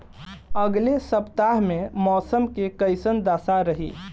अलगे सपतआह में मौसम के कइसन दशा रही?